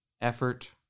effort